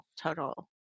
total